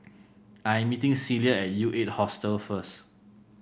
I'm meeting Celia at U Eight Hostel first